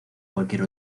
cualquier